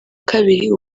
kabiri